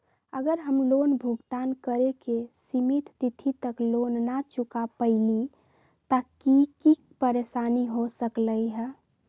अगर हम लोन भुगतान करे के सिमित तिथि तक लोन न चुका पईली त की की परेशानी हो सकलई ह?